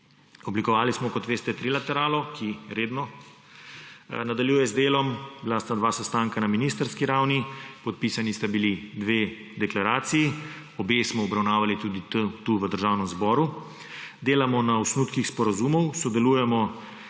Oblikovali smo, kot veste, trilateralo, ki redno nadaljuje z delom. Bila sta dva sestanka na ministrski ravni, podpisani sta bili dve deklaraciji, obe smo obravnavali tudi tukaj v Državnem zboru. Delamo na osnutkih sporazumov. Sodelujemo